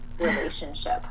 relationship